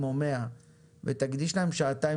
הכול שם אותנטי,